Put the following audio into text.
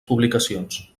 publicacions